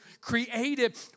created